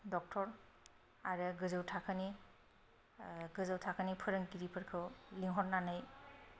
doctor आरो गोजौ थाखोनि गोजौ थाखोनि फोरोंगिरिफोरखौ लिंहरनानै